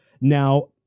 Now